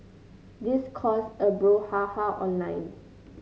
this caused a brouhaha online